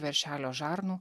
veršelio žarnų